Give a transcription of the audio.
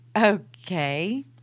Okay